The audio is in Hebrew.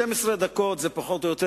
12 דקות זה פחות או יותר,